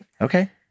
Okay